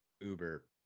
Uber